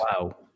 wow